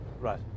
right